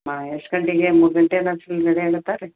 ಮಾ ಎಷ್ಟು ಗಂಟೆಗೆ ಮೂರು ಗಂಟೆಗೆ ರೆಡಿ ಆಗುತ್ತಾ ರೀ